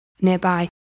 nearby